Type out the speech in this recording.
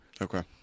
Okay